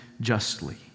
justly